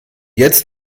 jetzt